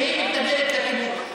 והיא מתנגדת לכיבוש.